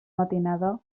matinada